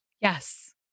Yes